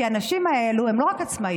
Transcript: כי הנשים האלה הן לא רק עצמאיות,